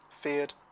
feared